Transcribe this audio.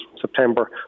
September